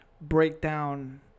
breakdown